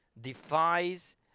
defies